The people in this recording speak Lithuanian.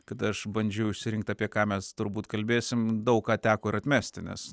kad aš bandžiau išsirinkt apie ką mes turbūt kalbėsim daug ką teko ir atmesti nes